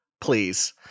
Please